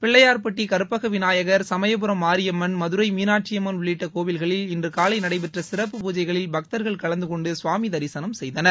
பிள்ளையார்பட்டி கற்பக விநாயகர் சமயபுரம் மாரியம்மன் மதுரை மீனாட்சியம்மன் உள்ளிட்ட கோவில்களில் இன்று காலை நடைபெற்ற சிறப்பு பூஜைகளில் பக்தர்கள் கலந்துகொண்டு கவாமி தரிசனம் ப செய்தனர்